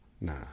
Nah